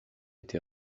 été